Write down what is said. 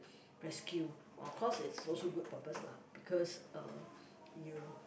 rescue of course it's also good purpose lah because uh you